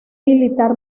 militar